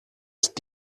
ist